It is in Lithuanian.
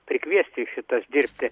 prikviesti į šitas dirbti